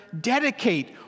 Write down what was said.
dedicate